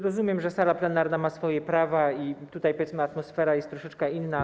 Rozumiem, że sala plenarna ma swoje prawa i tutaj, powiedzmy, atmosfera jest troszeczkę inna.